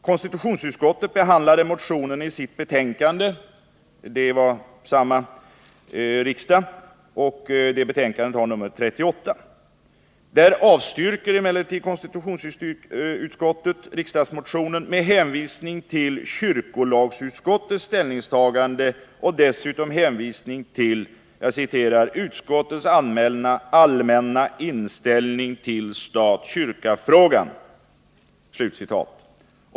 Konstitutionsutskottet behandlade motionen i sitt betänkande nr 38. Där avstyrker konstitutionsutskottet riksdagsmotionen med hänvisning till kyrkolagsutskottets ställningstagande och dessutom med hänvisning till ”utskottets allmänna inställning till stat-kyrka-frågan”.